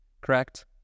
correct